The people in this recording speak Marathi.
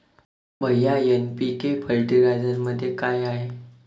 भैय्या एन.पी.के फर्टिलायझरमध्ये काय आहे?